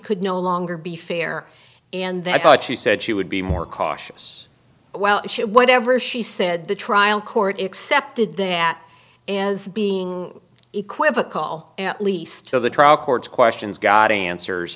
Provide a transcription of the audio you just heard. could no longer be fair and that i thought she said she would be more cautious well whatever she said the trial court accepted that being equivocal at least to the trial court questions got answers